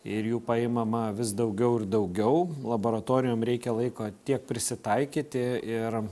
ir jų paimama vis daugiau ir daugiau laboratorijom reikia laiko tiek prisitaikyti ir